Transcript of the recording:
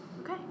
Okay